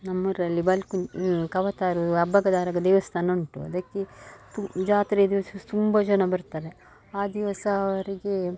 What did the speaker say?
ನಮ್ಮ ಊರಲ್ಲಿ ಬಲ್ಕುಂಜೆ ಕವತಾರು ಅಬ್ಬಗ ದಾರಗ ದೇವಸ್ಥಾನ ಉಂಟು ಅದಕ್ಕೆ ತು ಜಾತ್ರೆಯ ದಿವ್ಸ ತುಂಬ ಜನ ಬರುತ್ತಾರೆ ಆ ದಿವಸ ಅವರಿಗೆ